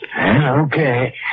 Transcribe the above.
Okay